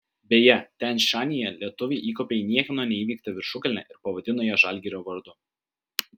beje tian šanyje lietuviai įkopė į niekieno neįveiktą viršukalnę ir pavadino ją žalgirio vardu